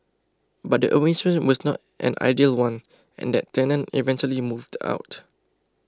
but the arrangement was not an ideal one and that tenant eventually moved out